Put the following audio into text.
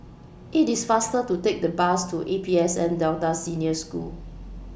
IT IS faster to Take The Bus to A P S N Delta Senior School